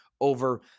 over